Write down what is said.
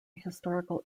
historical